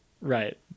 Right